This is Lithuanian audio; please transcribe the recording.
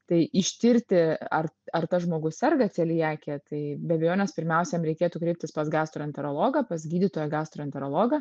tai ištirti ar ar tas žmogus serga celiakija tai be abejonės pirmiausia jam reikėtų kreiptis pas gastroenterologą pas gydytoją gastroenterologą